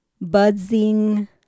buzzing